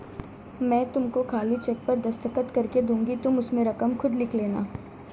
मैं तुमको खाली चेक पर दस्तखत करके दूँगी तुम उसमें रकम खुद लिख लेना